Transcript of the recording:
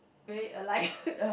very alike